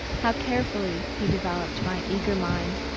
how carefully he developed my eager mind,